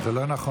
זה לא נכון.